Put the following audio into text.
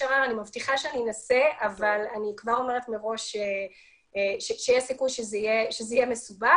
אני מבטיחה שאני אנסה אבל אני כבר אומרת מראש שיש סיכוי שזה יהיה מסובך.